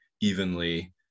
evenly